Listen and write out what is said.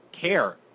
care